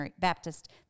Baptist